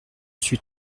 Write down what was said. suis